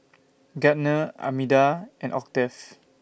Gardner Armida and Octave